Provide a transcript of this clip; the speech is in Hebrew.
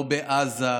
לא בעזה,